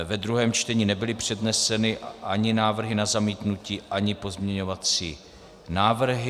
Ve druhém čtení nebyly předneseny ani návrhy na zamítnutí, ani pozměňovací návrhy.